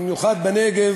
במיוחד בנגב,